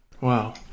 Wow